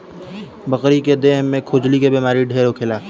बकरी के देह में खजुली के बेमारी ढेर होखेला